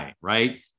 right